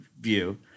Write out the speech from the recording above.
view